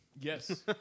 Yes